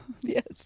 Yes